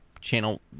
channel